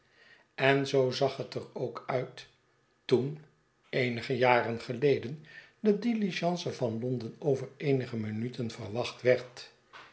en zoo zag het er ook uit toen eenige jaren geleden de diligence van londen over eenige minuten verwacht werd